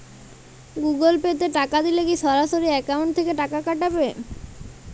Google Pay তে টাকা দিলে কি সরাসরি অ্যাকাউন্ট থেকে টাকা কাটাবে?